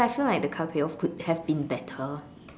but I feel like the colour payoff could have been better